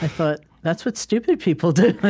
i thought, that's what stupid people do,